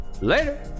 Later